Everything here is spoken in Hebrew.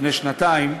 לפני שנתיים.